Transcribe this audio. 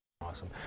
Awesome